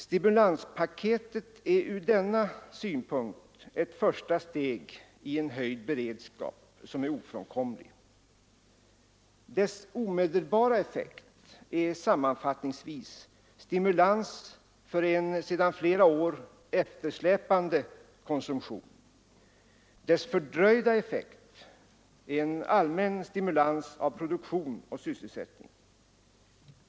Stimulanspaketet är ur denna synpunkt ett första steg i en hög beredskap, som är ofrånkomlig. Dess omedelbara effekt är sammanfattningsvis stimulans för en sedan flera år eftersläpande konsumtion, dess fördröjda effekt är en allmän stimulans av produktion och sysselsättning.